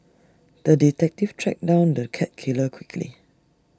the detective tracked down the cat killer quickly